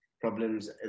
problems